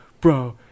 bro